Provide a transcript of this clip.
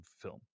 film